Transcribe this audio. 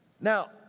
Now